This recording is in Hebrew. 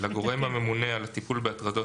-- לגורם הממונה על הטיפול בהטרדות